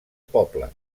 poble